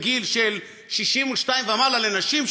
גיל 62 ומעלה לנשים,